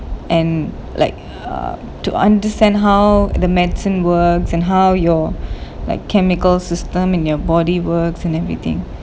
and like err to understand how the medicine works and how your like chemical system in your body works and everything